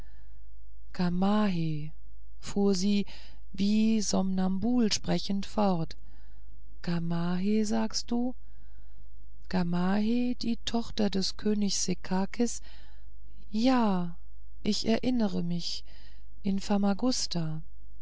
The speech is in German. fuhr sie wie somnambul sprechend fort gamaheh sagst du gamaheh die tochter des königs sekakis ja ich erinnere mich in